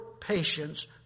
patience